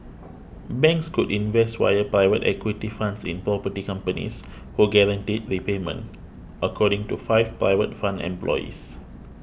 banks could invest via private equity funds in property companies who guaranteed repayment according to five private fund employees